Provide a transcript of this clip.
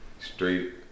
Straight